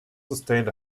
sustained